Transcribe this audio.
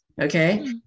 okay